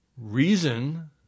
reason